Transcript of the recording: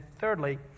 thirdly